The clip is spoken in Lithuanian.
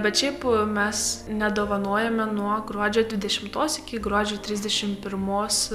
bet šiaip mes nedovanojame nuo gruodžio dvidešimtos iki gruodžio trisdešim pirmos